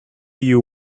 you